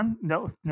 no